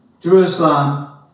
Jerusalem